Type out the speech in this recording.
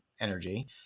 energy